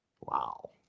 Wow